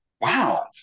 Wow